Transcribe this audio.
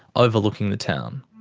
overlooking the town.